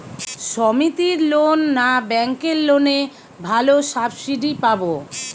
সমিতির লোন না ব্যাঙ্কের লোনে ভালো সাবসিডি পাব?